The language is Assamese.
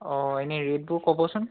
অঁ এনেই ৰেটবোৰ ক'বচোন